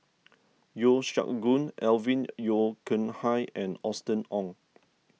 Yeo Siak Goon Alvin Yeo Khirn Hai and Austen Ong